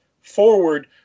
forward